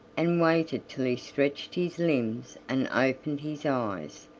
and waited till he stretched his limbs and opened his eyes,